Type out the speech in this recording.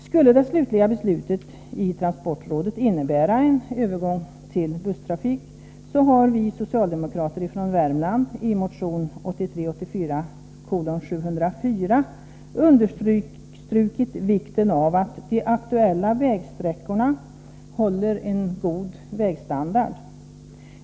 Skulle det slutliga beslutet i transportrådet innebära en övergång till busstrafik, har vi socialdemokrater från Värmland i motion 1983/84:704 understrukit vikten av att de aktuella vägsträckorna håller god vägstandard.